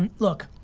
and look,